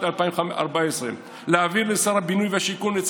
תודה רבה לחברת הכנסת שאשא ביטון.